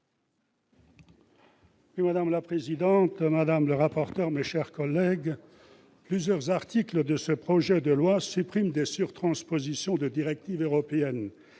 madame, monsieur les rapporteurs, mes chers collègues, plusieurs articles de ce projet de loi suppriment des sur-transpositions de directives européennes.